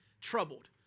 troubled